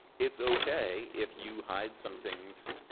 it's okay if you hide some things.